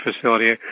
facility